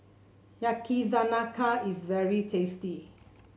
yakizakana is very tasty